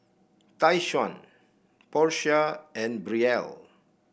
Tyquan Portia and Brielle